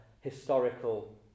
historical